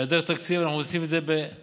בהיעדר תקציב אנחנו עושים את זה בחוק-יסוד,